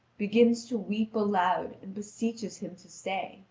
begins to weep aloud, and beseeches him to stay.